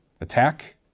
Attack